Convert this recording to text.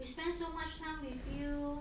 we spent so much time with you